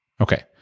Okay